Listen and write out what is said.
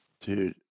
dude